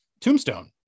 Tombstone